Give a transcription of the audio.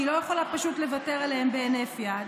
שהיא לא יכולה פשוט לוותר עליהן בהינף יד,